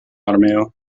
armeo